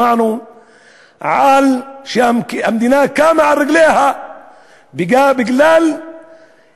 שמענו שהמדינה קמה על רגליה בגלל התנתקות,